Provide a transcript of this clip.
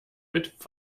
mit